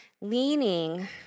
leaning